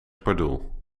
pardoel